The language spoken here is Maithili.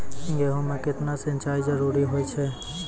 गेहूँ म केतना सिंचाई जरूरी होय छै?